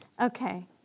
Okay